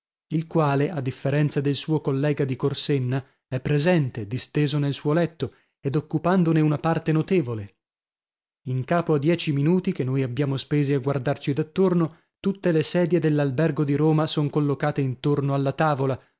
il quale a differenza del suo collega di corsenna è presente disteso nel suo letto ed occupandone una parte notevole in capo a dieci minuti che noi abbiamo spesi a guardarci dattorno tutte le sedie dell'albergo di roma son collocate intorno alla tavola